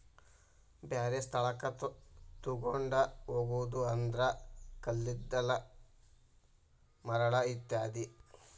ಬ್ಯಾರೆ ಸ್ಥಳಕ್ಕ ತುಗೊಂಡ ಹೊಗುದು ಅಂದ್ರ ಕಲ್ಲಿದ್ದಲ, ಮರಳ ಇತ್ಯಾದಿ